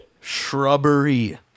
Shrubbery